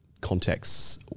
contexts